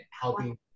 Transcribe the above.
helping